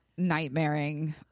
nightmaring